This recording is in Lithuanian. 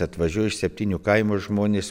atvažiuoja iš septynių kaimų žmonės